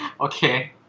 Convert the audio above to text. Okay